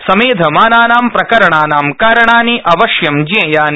समेधमानानां प्रकरणानां कारणानि अवश्यं जेयानि